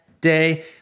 day